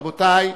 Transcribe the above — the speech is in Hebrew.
רבותי,